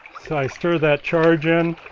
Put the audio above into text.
so i stir that charge in,